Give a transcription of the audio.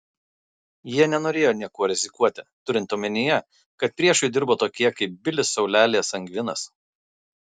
jie nenorėjo niekuo rizikuoti turint omenyje kad priešui dirbo tokie kaip bilis saulelė sangvinas